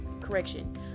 correction